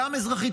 גם אזרחית.